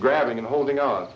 grabbing and holding o